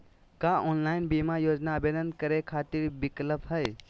का ऑनलाइन बीमा योजना आवेदन करै खातिर विक्लप हई?